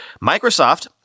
Microsoft